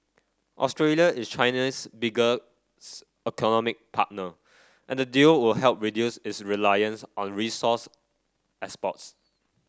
Australia is China's bigger economic partner and the deal would help reduce its reliance on resource exports